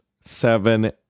seven